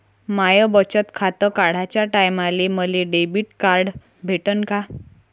माय बचत खातं काढाच्या टायमाले मले डेबिट कार्ड भेटन का?